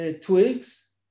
twigs